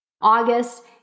August